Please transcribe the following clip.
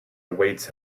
awaits